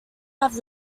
have